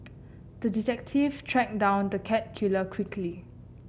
the detective tracked down the cat killer quickly